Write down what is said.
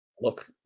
look